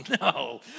no